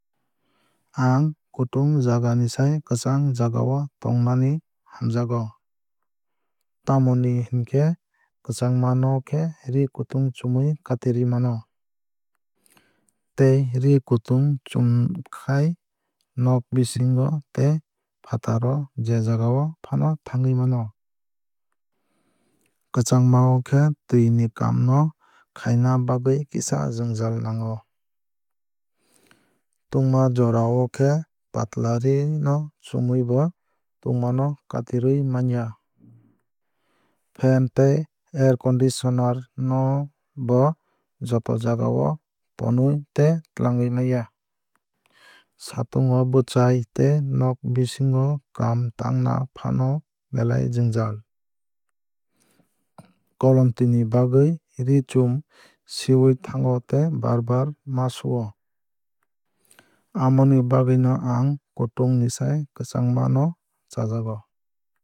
Ang kutung jaga ni sai kwchang jagao tongnani hamjago. Tamoni hinkhe kwchangma no khe ree kutung chumui katirwui mano. Tei ree kutung chumkhai nog bisingo tei fatar o je jaga fano thangwui mano. Kwchangma o khe twui ni kaam no khaina bagwui kisa jwngjall nango. Tungma jora o khe patla ree no chumwui bo tungma no katirwi manya. Fan tei air condintioner no bo joto jagao tonwui tei twlangwui maya. Satung o bwchai tei nog bisingo kaam tangna fano belai jwngjal. Kolomtwui ni bagwui ree chum siwui thango tei bar bar ma su o. Amoni bagwui no ang kutung ni sai kwchangma no chajago.